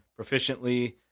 proficiently